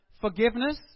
Forgiveness